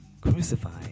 crucified